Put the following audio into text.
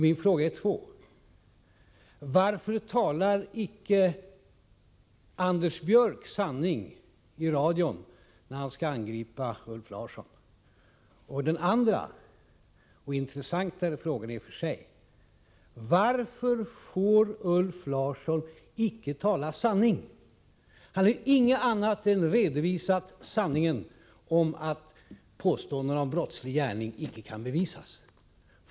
Mina frågor är två: Varför talar icke Anders Björck sanning i radion när han skall angripa Ulf Larsson? Den andra, och i och för sig intressantare frågan, lyder: Varför får Ulf Larsson icke tala sanning? Han har inte gjort något annat än redovisat sanningen — att påståendena om brottslig gärning icke kan bevisas.